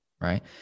right